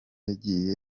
yagiye